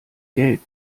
geld